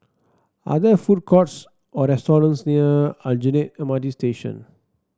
are there food courts or restaurants near Aljunied M R T Station